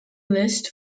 list